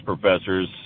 professors